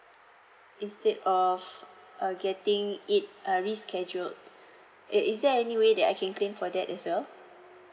instead of uh getting it err reschedule is is there any way that I can claim for that as well